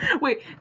wait